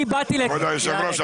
אני באתי ל --- כבוד היושב ראש,